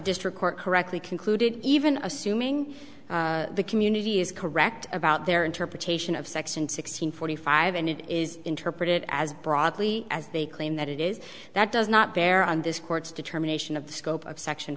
district court correctly concluded even assuming the community is correct about their interpretation of section six hundred forty five and it is interpreted as broadly as they claim that it is that does not bear on this court's determination of the scope of section